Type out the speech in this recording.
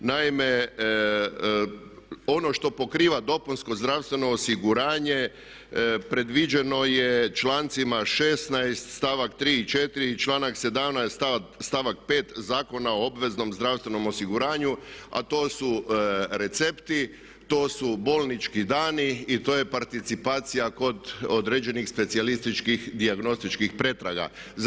Naime, ono što pokriva dopunsko zdravstveno osiguranje predviđeno je člancima 16.stavak 3. i 4. i članak 17.stavak 5. Zakona o obveznom zdravstvenom osiguranju a to su recepti, to su bolnički dani i to je participacija kod određenih specijalističkih dijagnostičkih pretraga.